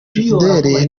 fidele